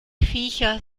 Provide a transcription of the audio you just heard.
viecher